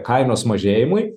kainos mažėjimui